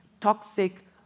toxic